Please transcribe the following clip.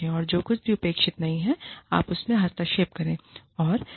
और जो कुछ भी अपेक्षित नहीं है आप उसमें हस्तक्षेप करेंगे